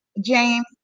James